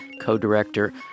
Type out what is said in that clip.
Co-Director